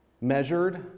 measured